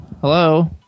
Hello